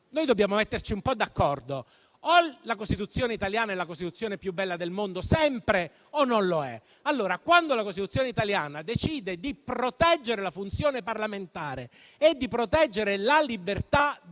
Noi dobbiamo metterci un po' d'accordo: o la Costituzione italiana è la più bella del mondo sempre o non lo è. Quando la Costituzione italiana decide di proteggere la funzione parlamentare e la libertà